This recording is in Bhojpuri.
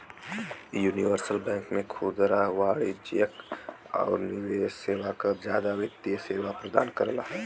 यूनिवर्सल बैंक में खुदरा वाणिज्यिक आउर निवेश सेवा क जादा वित्तीय सेवा प्रदान करला